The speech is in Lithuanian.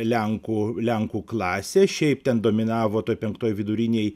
lenkų lenkų klasė šiaip ten dominavo toj penktoj vidurinėj